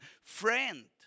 Friend